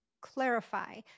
clarify